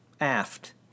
aft